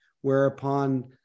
whereupon